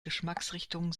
geschmacksrichtungen